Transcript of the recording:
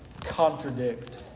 contradict